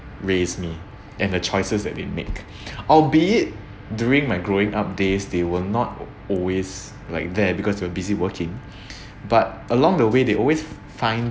raised me and the choices that they make or be it during my growing up days they will not always like there because they were busy working but along the way they always find